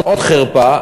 עוד חרפה,